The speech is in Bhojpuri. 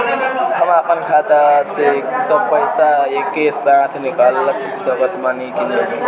हम आपन खाता से सब पैसा एके साथे निकाल सकत बानी की ना?